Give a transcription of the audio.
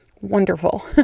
wonderful